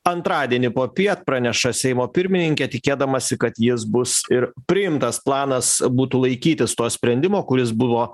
antradienį popiet praneša seimo pirmininkė tikėdamasi kad jis bus ir priimtas planas būtų laikytis to sprendimo kuris buvo